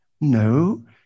No